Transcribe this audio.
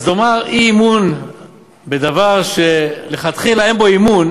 אז לומר אי-אמון בדבר שלכתחילה אין בו אמון